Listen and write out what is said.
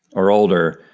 or older,